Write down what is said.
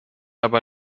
aber